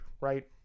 right